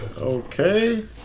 Okay